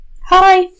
Hi